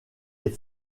est